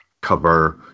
cover